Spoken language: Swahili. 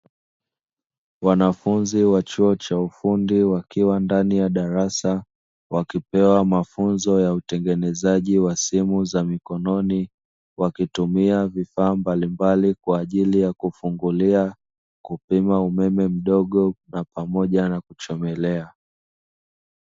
Wanafunzi wa chuo cha ufundi wakiwa ndani ya darasa wakipewa mafunzo ya utengenezaji wa simu za mikononi wakitumia vifaa mbalimbali kwa ajili ya kufungulia, kupima umeme mdogo pamoja na kuchomelea.